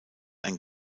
ein